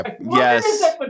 Yes